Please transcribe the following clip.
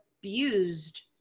abused